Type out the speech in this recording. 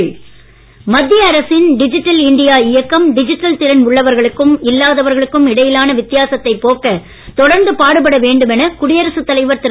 ராம்நாத் மத்திய அரசின் digital India இயக்கம் டிஜிட்டல் திறன் உள்ளவர்களுக்கும் இல்லாதவர்களுக்கும் இடையிலான வித்தியாசத்தை போக்க தொடர்ந்து பாடுபட வேண்டும் என குடியரசுத் தலைவர் திரு